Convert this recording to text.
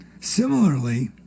similarly